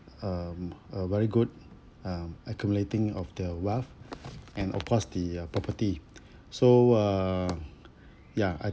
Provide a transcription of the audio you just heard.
um a very good um accumulating of the wealth and of course the uh property so uh ya I